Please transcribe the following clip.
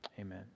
amen